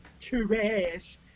trash